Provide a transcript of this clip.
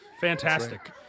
Fantastic